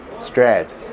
strad